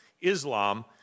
Islam